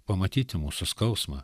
pamatyti mūsų skausmą